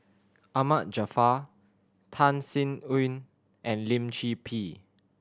Ahmad Jaafar Tan Sin Aun and Lim Chor Pee